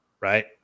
right